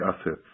assets